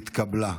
נתקבלה.